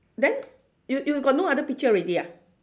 then you you got no other picture already ah